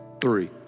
three